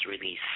release